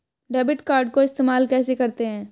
Debit card को इस्तेमाल कैसे करते हैं?